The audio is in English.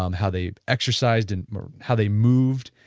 um how they exercised and how they moved,